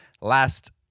last